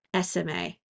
SMA